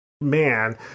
man